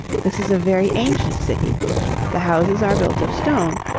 this is a very ancient city the houses are built of stone,